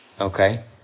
Okay